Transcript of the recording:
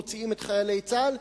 מוציאים את חיילי צה"ל,